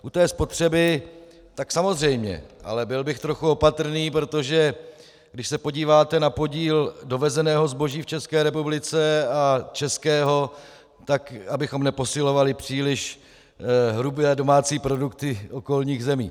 U té spotřeby tak samozřejmě, ale byl bych trochu opatrný, protože když se podíváte na podíl dovezeného zboží v ČR a českého, tak abychom neposilovali příliš hrubé domácí produkty okolních zemí.